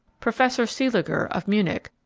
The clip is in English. professor seeliger, of munich,